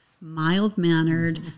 mild-mannered